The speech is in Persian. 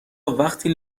وقی